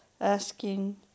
asking